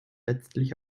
letztlich